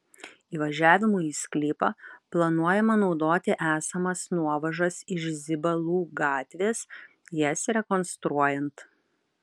įvažiavimui į sklypą planuojama naudoti esamas nuovažas iš zibalų gatvės jas rekonstruojant